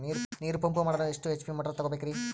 ನೀರು ಪಂಪ್ ಮಾಡಲು ಎಷ್ಟು ಎಚ್.ಪಿ ಮೋಟಾರ್ ತಗೊಬೇಕ್ರಿ?